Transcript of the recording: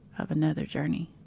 of another journey